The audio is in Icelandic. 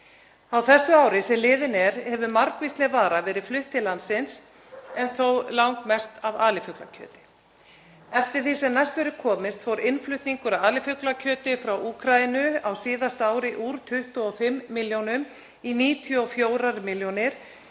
Á þessu ári sem liðið er hefur margvísleg vara verið flutt til landsins en þó langmest af alifuglakjöti. Eftir því sem næst verður komist fór innflutningur á alifuglakjöti frá Úkraínu á síðasta ári úr 25 milljónum í 94 milljónir,